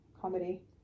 comedy